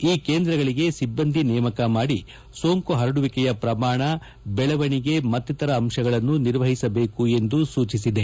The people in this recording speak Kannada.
ಈ ಕೇಂದ್ರಗಳಿಗೆ ಸಿಬ್ಬಂದಿ ನೇಮಕ ಮಾಡಿ ಸೋಂಕು ಪರಡುವಿಕೆಯ ಪ್ರಮಾಣ ಬೆಳವಣಿಗೆ ಮಕ್ತಿತರರ ಅಂತಗಳನ್ನು ನಿರ್ವಒಸಬೇಕು ಎಂದು ಸೂಜಿಸಿದೆ